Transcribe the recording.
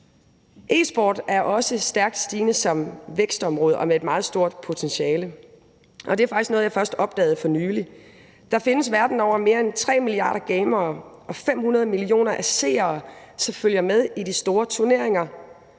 E-sport er også stærkt stigende som vækstområde og med et meget stort potentiale, og det er faktisk noget, jeg først opdagede for nylig. Der findes verden over mere end 3 milliarder gamere og 500 millioner seere, som følger med i de store turneringer.